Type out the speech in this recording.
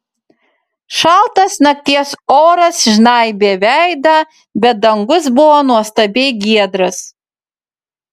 šaltas nakties oras žnaibė veidą bet dangus buvo nuostabiai giedras